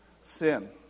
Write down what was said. Sin